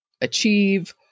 achieve